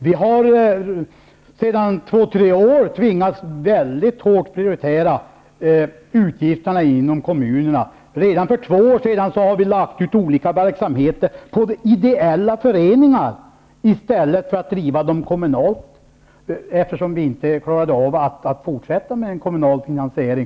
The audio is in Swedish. Vi har sedan två tre år tillbaka tvingats att mycket hårt prioritera utgifterna inom kommunen. Redan för två år sedan lade vi ut olika verksamheter på de ideella föreningarna, i stället för att driva dem kommunalt, eftersom vi inte klarade av att fortsätta med kommunal finansiering.